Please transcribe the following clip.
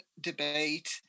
debate